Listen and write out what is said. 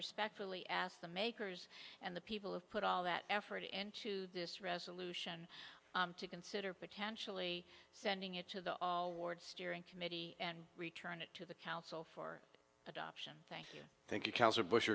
respectfully ask the makers and the people have put all that effort into this resolution to consider potentially sending it to the all ward steering committee and return it to the council for adoption thank you thank you